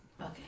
Okay